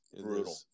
Brutal